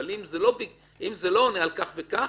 אבל אם זה לא עונה על כך וכך,